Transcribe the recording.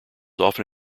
often